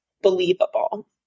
believable